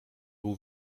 był